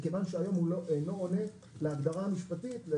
מכיוון שהיום הוא אינו עונה להגדרה המשפטית.